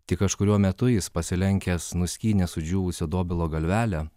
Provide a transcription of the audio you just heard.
tik kažkuriuo metu jis pasilenkęs nuskynė sudžiūvusio dobilo galvelę